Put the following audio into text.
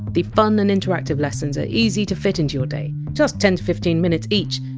the fun and interactive lessons are easy to fit into your day just ten fifteen minutes each,